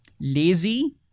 lazy